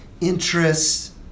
interest